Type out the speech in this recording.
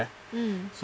mm